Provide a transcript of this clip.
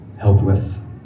helpless